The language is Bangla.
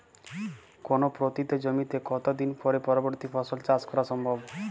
কোনো পতিত জমিতে কত দিন পরে পরবর্তী ফসল চাষ করা সম্ভব?